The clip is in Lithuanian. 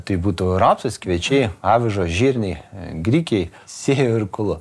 tai būtų rapsas kviečiai avižos žirniai grikiai sėju ir kulu